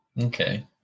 Okay